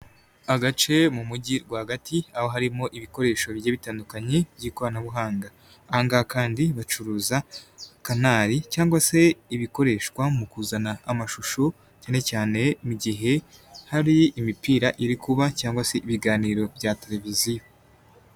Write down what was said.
Agace mu mugi rwagati, aho harimo ibikoresho bigiye bitandukanye by'ikoranabuhanga .Aha ngaha kandi bacuruza canal cyangwa se ibikoreshwa mu kuzana amashusho cyane cyane mu gihe hari imipira iri kuba cyangwa se ibiganiro bya televiziyo.